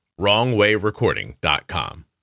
wrongwayrecording.com